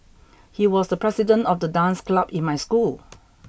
he was the president of the dance club in my school